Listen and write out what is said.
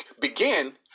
begin